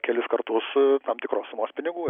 kelis kartus tam tikros sumos pinigų